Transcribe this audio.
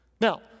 Now